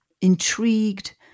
intrigued